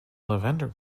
lavender